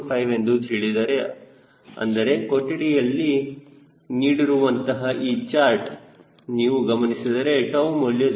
5 ಎಂದು ಹೇಳಿದರೆ ಅಂದರೆ ಕೊಠಡಿಯಲ್ಲಿ ನೀಡಿರುವಂತಹ ಈ ಚಾರ್ಟ್ ನೀವು ಗಮನಿಸಿದರೆ 𝜏 ಮೌಲ್ಯ 0